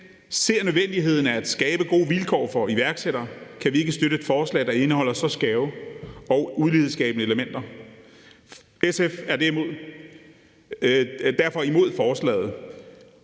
ser nødvendigheden af at skabe gode vilkår for iværksættere, kan vi ikke støtte et forslag, der indeholder så skæve og ulighedsskabende elementer. SF er derfor imod forslaget.